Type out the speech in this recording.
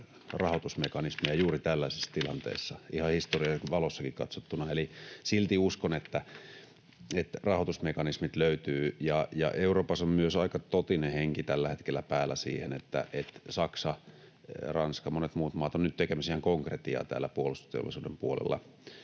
rahoitusmekanismia juuri tällaisessa tilanteessa ihan historian valossakin katsottuna. Eli silti uskon, että rahoitusmekanismit löytyvät. Euroopassa on myös aika totinen henki tällä hetkellä päällä siihen, että Saksa, Ranska, monet muut maat, ovat nyt tekemässä ihan konkretiaa täällä puolustusteollisuuden puolella.